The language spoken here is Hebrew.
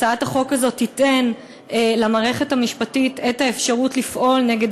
הצעת החוק הזאת תיתן למערכת המשפטית את האפשרות לפעול נגד